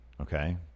Okay